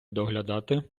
доглядати